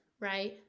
right